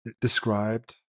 described